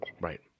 Right